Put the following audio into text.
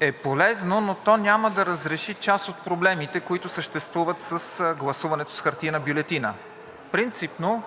е полезно, но то няма да разреши част от проблемите, които съществуват с гласуването с хартиена бюлетина. Принципно